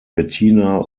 bettina